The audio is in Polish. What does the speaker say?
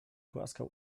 głaskał